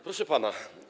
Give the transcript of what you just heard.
Proszę Pana!